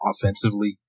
offensively